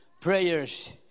prayers